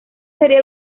sería